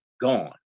gone